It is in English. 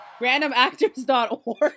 Randomactors.org